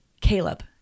Caleb